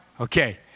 Okay